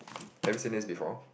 have you seen this before